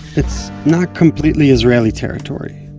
it's not completely israeli territory,